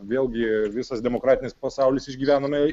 vėlgi visas demokratinis pasaulis išgyvename